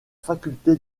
faculté